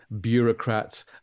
bureaucrats